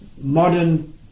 modern